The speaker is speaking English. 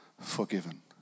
Forgiven